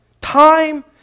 Time